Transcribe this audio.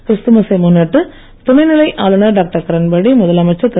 கிறிஸ்துமஸை முன்னிட்டு துணைநிலை ஆளுநர் டாக்டர் கிரண்பேடி முதலமைச்சர் திரு